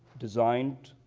designed,